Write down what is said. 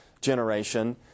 generation